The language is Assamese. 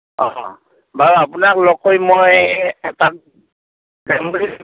অঁ বাৰু আপোনাক লগ কৰিম মই